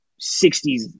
60s